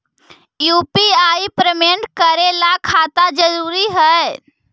UPI payment करे ला खाता जरूरी है?